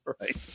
right